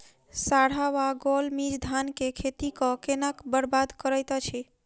साढ़ा या गौल मीज धान केँ खेती कऽ केना बरबाद करैत अछि?